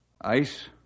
Ice